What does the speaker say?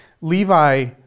Levi